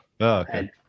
Okay